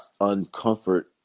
uncomfort